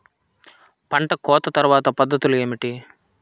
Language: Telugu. పంట కోత తర్వాత పద్ధతులు ఏమిటి?